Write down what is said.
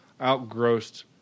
outgrossed